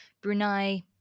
Brunei